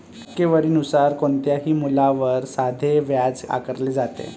टक्केवारी नुसार कोणत्याही मूल्यावर साधे व्याज आकारले जाते